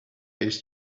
his